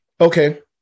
Okay